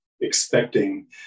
expecting